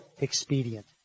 expedient